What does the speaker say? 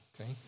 okay